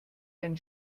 ein